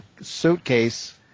suitcase